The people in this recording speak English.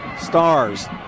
Stars